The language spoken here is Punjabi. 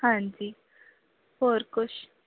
ਹਾਂਜੀ ਹੋਰ ਕੁਛ